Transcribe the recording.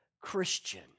Christian